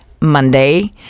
Monday